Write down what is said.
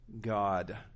God